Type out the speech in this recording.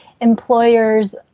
employers